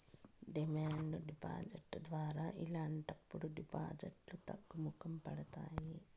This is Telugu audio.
డిమాండ్ డిపాజిట్ ద్వారా ఇలాంటప్పుడు డిపాజిట్లు తగ్గుముఖం పడతాయి